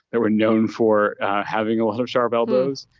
they were known for having a lot of sharp elbows.